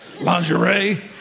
lingerie